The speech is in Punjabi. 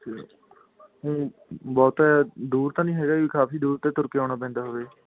ਅਤੇ ਬਹੁਤਾ ਦੂਰ ਤਾਂ ਨਹੀਂ ਹੈਗਾ ਜੀ ਕਾਫੀ ਦੂਰ ਤੋਂ ਤੁਰ ਕੇ ਆਉਣਾ ਪੈਂਦਾ ਹੋਵੇ